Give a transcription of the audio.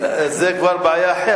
זו כבר בעיה אחרת.